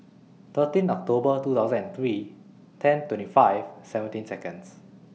thirteen October two thousand and three ten twenty five seventeen Seconds